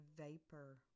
Vapor